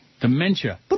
Dementia